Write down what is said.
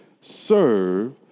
serve